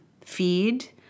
feed